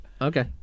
Okay